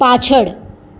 પાછળ